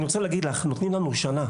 אני רוצה להגיד לך, נותנים לנו שנה.